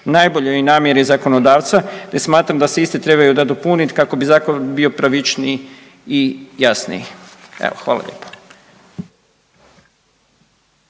najboljoj namjeri zakonodavca, te smatram da se iste trebaju nadopuniti kako bi zakon bio pravičniji i jasniji. Evo hvala